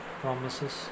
promises